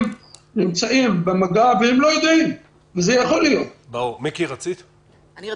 שנמצאים במגע עם הווירוס והם לא יודעים,